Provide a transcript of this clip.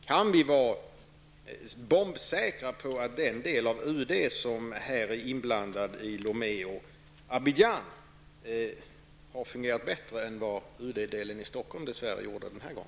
Kan vi vara bombsäkra på att den del av UD som är inblandad, i Lomé och Abidjan, har fungerat bättre än UD i Stockholm dess värre gjort denna gång?